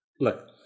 Look